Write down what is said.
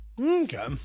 Okay